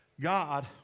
God